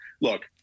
look